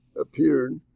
appeared